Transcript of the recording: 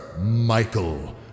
Michael